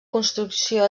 construcció